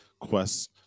quests